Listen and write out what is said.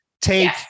take